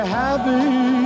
happy